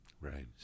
Right